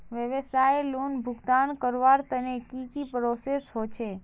व्यवसाय लोन भुगतान करवार तने की की प्रोसेस होचे?